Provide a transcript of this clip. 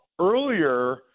earlier